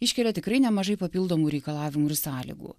iškelia tikrai nemažai papildomų reikalavimų ir sąlygų